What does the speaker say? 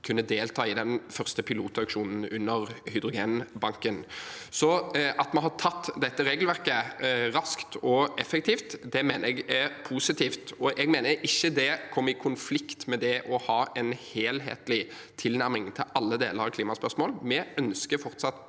kunne delta i den første pilotauksjonen under hydrogenbanken. Så at vi har tatt inn dette regelverket raskt og effektivt, mener jeg er positivt. Jeg mener at det ikke kommer i konflikt med det å ha en helhetlig tilnærming til alle deler av klimaspørsmålet. Vi ønsker fortsatt